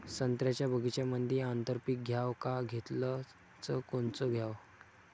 संत्र्याच्या बगीच्यामंदी आंतर पीक घ्याव का घेतलं च कोनचं घ्याव?